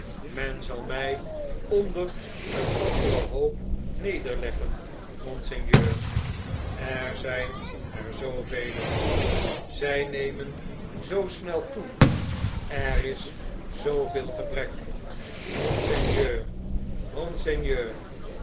men zal mjj onder een anderen hoop nederleggen monseigneur er zhn erzoovelen zjj nemen zoo snel toe er is zooveel gebrek monseigneur monseigneur